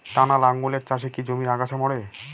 টানা লাঙ্গলের চাষে কি জমির আগাছা মরে?